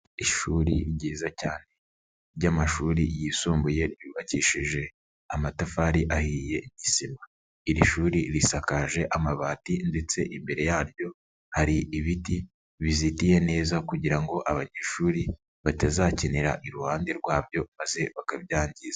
Ishuri ryiza cyane ry'amashuri yisumbuye ryubakishije amatafari ahiye n'isima, iri shuri risakaje amabati ndetse imbere yaryo hari ibiti bizitiye neza kugira ngo abanyeshuri batazakinira iruhande rwabyo maze bakabyangiza.